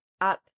up